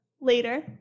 later